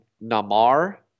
Namar